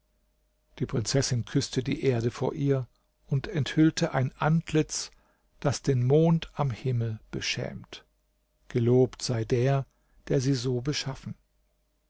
die prinzessin küßte die erde vor ihr und enthüllte ein antlitz das den mond am himmel beschämt gelobt sei der der sie so beschaffen